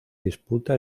disputa